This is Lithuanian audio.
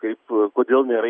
kaip kodėl nėra